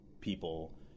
people